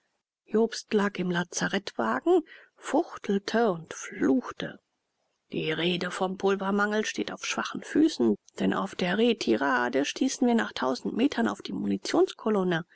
jobst lag im lazarettwagen fuchtelte und fluchte die rede vom pulvermangel steht auf schwachen füßen denn auf der retirade stießen wir nach dreitausend metern auf die